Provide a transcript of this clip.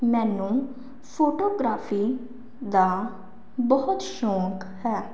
ਮੈਨੂੰ ਫੋਟੋਗ੍ਰਾਫੀ ਦਾ ਬਹੁਤ ਸ਼ੌਂਕ ਹੈ